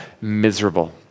miserable